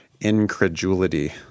incredulity